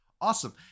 Awesome